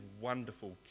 wonderful